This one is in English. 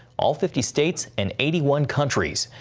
all fifty states, and eighty one countries.